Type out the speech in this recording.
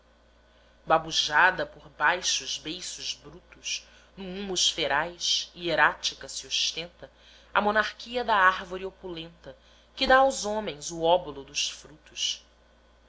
babujada por baixos beiços brutos no húmus feraz hierática se ostenta a monarquia da árvore opulenta que dá aos homens o óbolo dos frutos